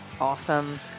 Awesome